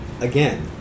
again